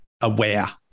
aware